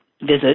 visit